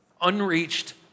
unreached